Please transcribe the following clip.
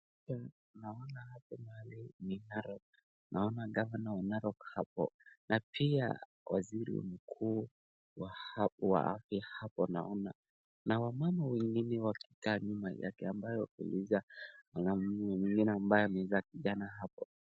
Picha naona hapo mahali ni Narok, naona gavana wa Narok hapo na pia waziri mkuu wa hapo wa afya hapo naona na wamama wengine wakikaa nyuma yake ambayo kumejaa, mwanamume mwingine ambaye anakaa kijana hapo.